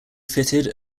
fitted